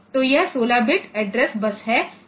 तो यह 16 bit address बस है